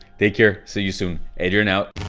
take care, see you soon, adrian out.